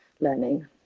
learning